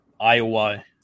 Iowa